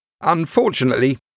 Unfortunately